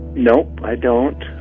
nope, i don't.